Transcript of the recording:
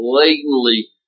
blatantly